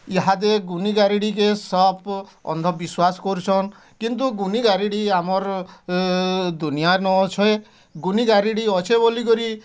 ଇହାଦେ ଗୁନି ଗାରେଡ଼ି କେ ସବ୍ ଅନ୍ଧ ବିଶ୍ୱାସ କରୁସନ୍ କିନ୍ତୁ ଗୁନି ଗାରେଡ଼ି ଆମର ଦୁନିଆ ନ ଛଏ ଗୁଣିଗାରେଡ଼ି ଅଛେ ବୋଲିକରି